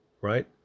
right